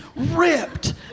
Ripped